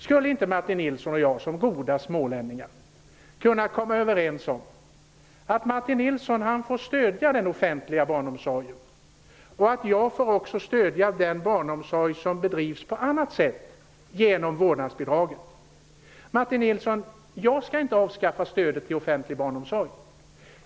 Skulle inte Martin Nilsson och jag, som goda smålänningar, kunna komma överens om att Martin Nilsson får stödja den offentliga barnomsorgen och att jag får stödja den barnomsorg som bedrivs på annat sätt, genom vårdnadsbidraget? Jag skall inte avskaffa stödet till offentlig barnomsorg.